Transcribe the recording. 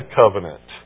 covenant